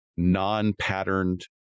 non-patterned